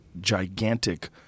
gigantic